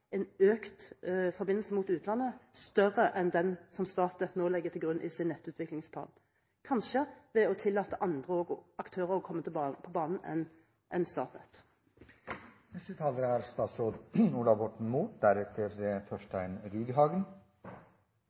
en økt forbindelse mot utlandet, større enn den som Statnett nå legger til grunn i sin nettutviklingsplan, kanskje ved å tillate andre aktører enn Statnett å komme på banen. Jeg synes ikke det er